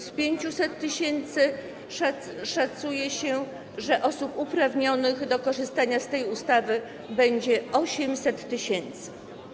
Z 500 tys. szacuje się, że osób uprawnionych do korzystania z tej ustawy będzie 800 tys.